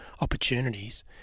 opportunities